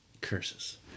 Curses